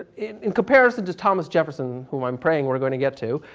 in comparison to thomas jefferson, whom i'm praying we're going to get to,